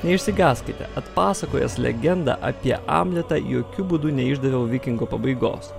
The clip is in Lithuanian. neišsigąskite atpasakojęs legendą apie amletą jokiu būdu neišdaviau vikingo pabaigos